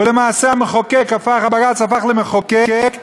ולמעשה בג"ץ הפך למחוקק,